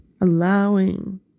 Allowing